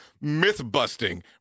myth-busting